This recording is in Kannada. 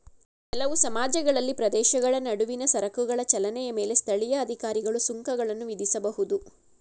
ಕೆಲವು ಸಮಾಜಗಳಲ್ಲಿ ಪ್ರದೇಶಗಳ ನಡುವಿನ ಸರಕುಗಳ ಚಲನೆಯ ಮೇಲೆ ಸ್ಥಳೀಯ ಅಧಿಕಾರಿಗಳು ಸುಂಕಗಳನ್ನ ವಿಧಿಸಬಹುದು